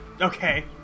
Okay